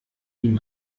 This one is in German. ihm